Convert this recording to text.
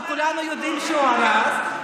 שכולנו יודעים שהוא הרס,